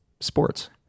sports